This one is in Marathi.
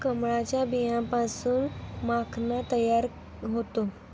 कमळाच्या बियांपासून माखणा तयार होतो